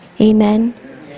amen